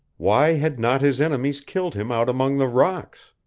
why had not his enemies killed him out among the rocks?